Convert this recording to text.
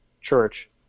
church